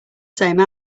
same